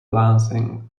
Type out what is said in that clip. lansing